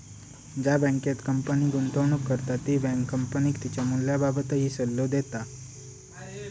ज्या बँकेत कंपनी गुंतवणूक करता ती बँक कंपनीक तिच्या मूल्याबाबतही सल्लो देता